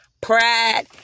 Pride